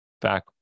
back